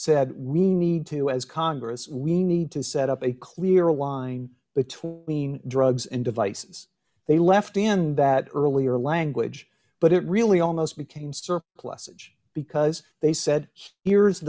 said we need to as congress we need to set up a clear line between drugs and devices they left in that earlier language but it really almost became surplusage because they said here's